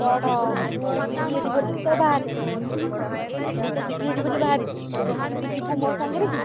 କ'ଣ ମୁଁ ଯିବିହେରି ବୋଲିକି ତ ବାହାରିଛି ମୁଁ ତ ଯିବିହେରି ବୋଲି ବାହାରିଛି ତୁ ଯିବୁ ମୋ ସାଙ୍ଗରେ କି